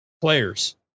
players